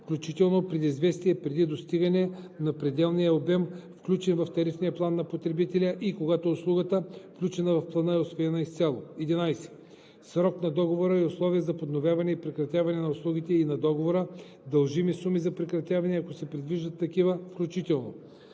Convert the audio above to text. включително предизвестие преди достигане на пределния обем, включен в тарифния план на потребителя, и когато услугата, включена в плана, е усвоена изцяло; 11. срок на договора и условия за подновяване и прекратяване на услугите и на договора, дължими суми за прекратяване, ако се предвиждат такива, включително: